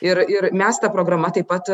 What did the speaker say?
ir ir mes ta programa taip pat